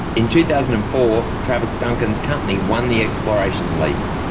in two thousand and four, travers duncan's company won the exploration lease.